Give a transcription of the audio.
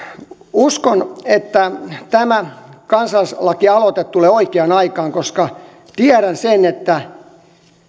uskon että tämä kansalaislakialoite tulee oikeaan aikaan koska tiedän sen että